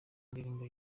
indirimbo